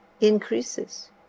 increases